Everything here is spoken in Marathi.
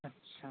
अच्छा